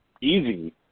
easy